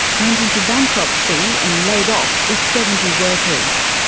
went into bankruptcy and laid off its seventy workers.